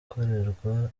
gukorerwa